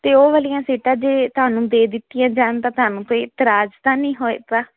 ਤੇ ਉਹ ਵਾਲੀਆਂ ਸੀਟਾਂ ਜੇ ਤੁਹਾਨੂੰ ਦੇ ਦਿੱਤੀਆਂ ਜਾਣ ਤਾਂ ਤੁਹਾਨੂੰ ਕੋਈ ਇਤਰਾਜ ਤਾਂ ਨਹੀਂ ਹੋਏਗਾ